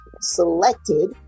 selected